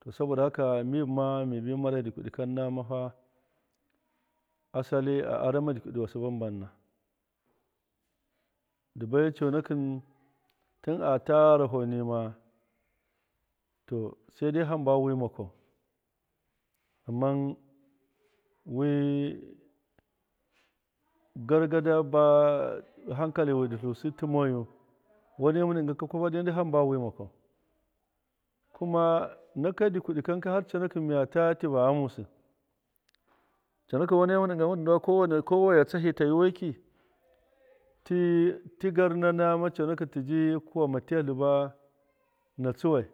to saboda mi buma mimara dikwidi kan nama asali a armaa dikwidihust baban na ndi bui coonaki tun ata gharo nima to suidai hamba makwau amman wt gargada baa hankali hun ndi tiusttimaryu wana munt digaka kwafa hamba wi makwaa kuma naka dikwidi kanka har coonakt miyata tiiva ghamust coonaki want munt diga mumun duduwa ka waiya esahi yawaiki tilitii garna nama har coonakt tiiji kuwa ma tiiyatli boa na tsuwai.